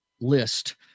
list